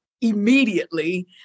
immediately